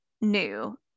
new